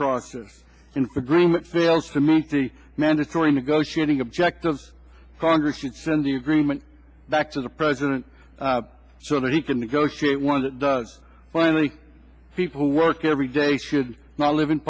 process and for green that fails to meet the mandatory negotiating object of congress should send the agreement that to the president so that he can negotiate one that does finally people work every day should not live in